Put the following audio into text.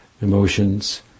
emotions